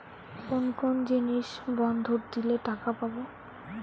কোন কোন জিনিস বন্ধক দিলে টাকা পাব?